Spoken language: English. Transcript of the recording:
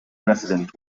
resident